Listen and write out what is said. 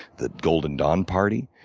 the golden don party.